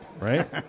right